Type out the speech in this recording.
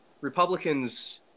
republicans